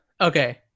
Okay